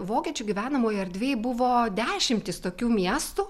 vokiečių gyvenamojoj erdvėj buvo dešimtys tokių miestų